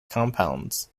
compounds